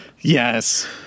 yes